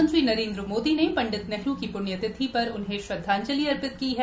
प्रधानमंत्री नरेनद्र मोदी ने पंडित नेहरू की प्ण्यतिथि पर श्रद्धांजलि अर्पित की है